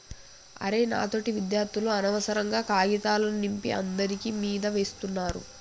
అరె నా తోటి విద్యార్థులు అనవసరంగా కాగితాల సింపి అందరి మీదా వేస్తున్నారు